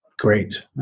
Great